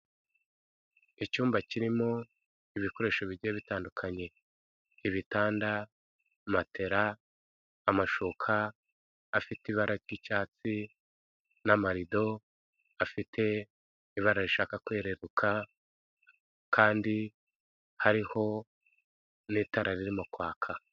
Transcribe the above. Icyumba kirimo ibikoresho bigiye bitandukanye, ibitanda, matera, amashuka afite ibara ry'icyatsi n'amarido afite ibara rishaka kwereruka kandi hariho n'itara ririmo kwaka.